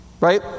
Right